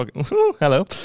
hello